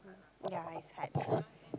ya it's hard